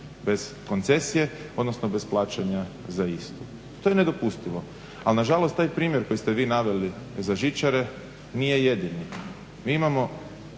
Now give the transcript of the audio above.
bez koncesije odnosno bez plaćanja za istu. To je nedopustivo. Ali nažalost taj primjer koji ste vi naveli za žičare nije jedini. Mi imamo